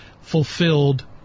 fulfilled